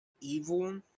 evil